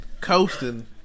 coasting